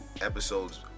episodes